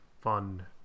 fun